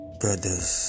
brothers